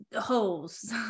holes